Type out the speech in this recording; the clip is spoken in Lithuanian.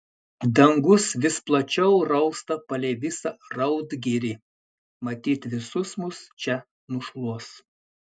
dangus vis plačiau rausta palei visą raudgirį matyt visus mus čia nušluos